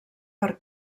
per